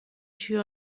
tür